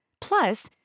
Plus